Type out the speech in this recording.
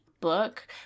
book